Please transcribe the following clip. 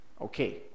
Okay